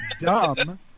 dumb